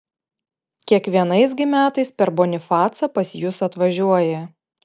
kiekvienais gi metais per bonifacą pas jus atvažiuoja